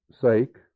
sake